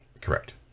correct